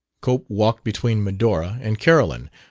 cope walked between medora and carolyn,